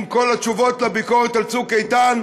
עם כל התשובות על הביקורת על "צוק איתן",